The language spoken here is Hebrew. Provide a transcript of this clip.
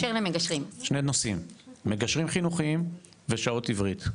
שני הנושאים, מגשרים חינוכיים ושעת עברית.